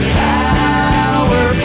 power